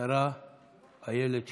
השרה אילת שקד.